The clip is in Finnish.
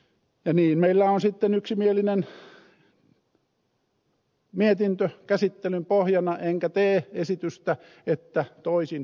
ja niin meillä on yksimielinen mietintö käsittelyn pohjana enkä tee esitystä että toisin meneteltäisiin